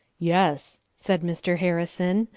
yes, said mr. harrison,